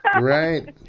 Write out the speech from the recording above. Right